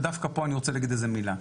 ודווקא פה אני רוצה להגיד איזה מילה.